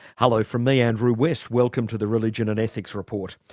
hello from me, andrew west. welcome to the religion and ethics report.